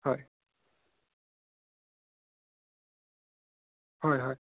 হয় হয় হয়